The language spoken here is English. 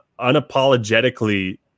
unapologetically